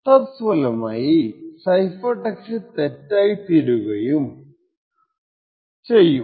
തത്ഫലമായി cipher text തെറ്റായി തീരുകയും ചെയ്യും